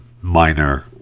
minor